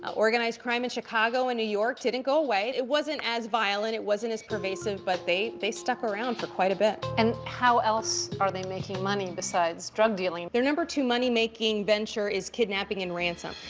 organized crime in chicago and new york didn't go away. it it wasn't as violent. it wasn't as pervasive. but they they stuck around for quite a bit. and how else are they making money besides drug dealing? their number-two money-making venture is kidnapping and ransom.